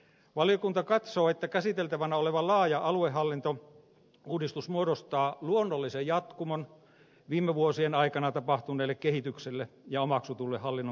valiokunta katsoo että käsiteltävänä oleva laaja aluehallintouudistus muodostaa luonnollisen jatkumon viime vuosien aikana tapahtuneelle kehitykselle ja omaksutulle hallinnon kehittämislinjalle